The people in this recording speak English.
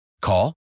Call